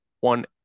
One